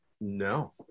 No